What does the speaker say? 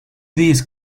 these